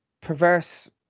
perverse